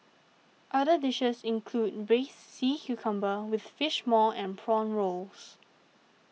other dishes include Braised Sea Cucumber with Fish Maw and Prawn Rolls